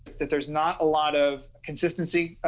that there's not a lot of consistency.